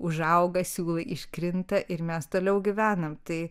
užauga siūlai iškrinta ir mes toliau gyvenam tai